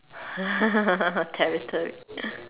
territory